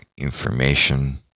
information